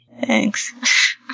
Thanks